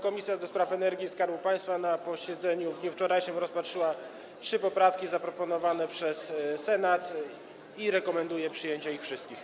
Komisja do Spraw Energii i Skarbu Państwa na posiedzeniu w dniu wczorajszym rozpatrzyła trzy poprawki zaproponowane przez Senat i rekomenduje przyjęcie ich wszystkich.